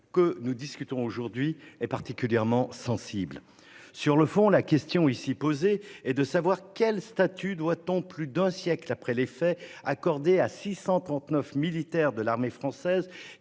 que nous discutons aujourd'hui est particulièrement sensible sur le fond la question ici posée est de savoir quel statut doit en plus d'un siècle après les faits, accordé à 639 militaires de l'armée française